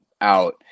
out